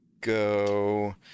go